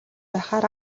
байхаар